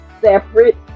separate